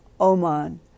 Oman